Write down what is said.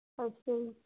ਅੱਛਾ ਜੀ